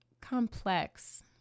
complex